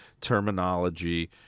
terminology